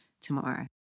tomorrow